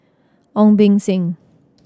Ong Beng Seng